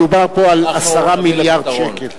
מדובר פה על 10 מיליארד שקל.